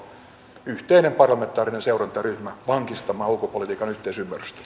sopiiko yhteinen parlamentaarinen seurantaryhmä vankistamaan ulkopolitiikan yhteisymmärrystä